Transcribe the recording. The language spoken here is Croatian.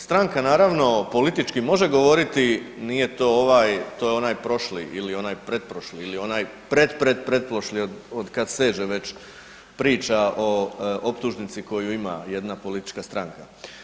Stranka, naravno, politički može govoriti nije to ovaj, to je onaj prošli ili onaj pretprošli ili onaj pretpretpretprošli od kad seže već priča o optužnici koju ima jedna politička stranka.